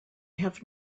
have